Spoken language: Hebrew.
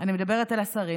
אני מדברת על השרים.